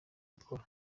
gukora